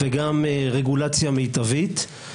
וגם לרגולציה מיטבית.